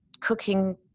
cooking